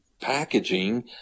packaging